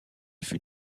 fut